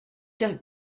don’t